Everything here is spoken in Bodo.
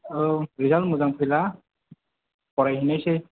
औ रिजाल्त मोजां फैब्ला फरायहैनायसै